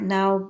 now